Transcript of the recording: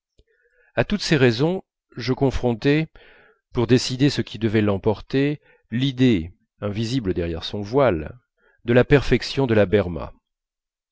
à toutes ces raisons je confrontais pour décider ce qui devait l'emporter l'idée invisible derrière son voile de la perfection de la berma